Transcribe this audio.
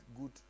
good